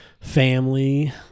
family